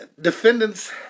defendants